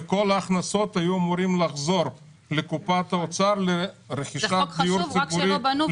וכל ההכנסות היו אמורות לחזור לקופת האוצר לרכישת דיור ציבורי,